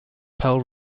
pearl